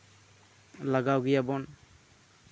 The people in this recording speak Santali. ᱞᱟᱜᱟᱣ ᱜᱮᱭᱟᱵᱚᱱ